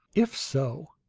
if so,